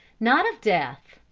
not of death,